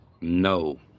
No